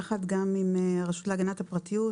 יחד עם הרשות להגנת הפרטיות,